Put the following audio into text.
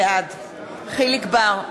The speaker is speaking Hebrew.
בעד יחיאל חיליק בר,